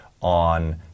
on